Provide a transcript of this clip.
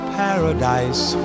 paradise